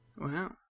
Wow